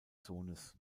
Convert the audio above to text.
sohnes